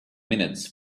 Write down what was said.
minutes